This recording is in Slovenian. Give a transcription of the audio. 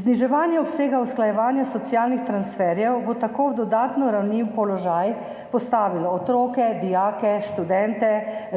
Zniževanje obsega usklajevanja socialnih transferjev bo tako v ranljiv položaj dodatno postavilo otroke, dijake, študente,